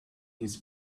his